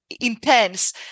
intense